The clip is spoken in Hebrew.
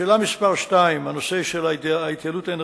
שאלה מס' 2, הנושא של ההתייעלות האנרגטית,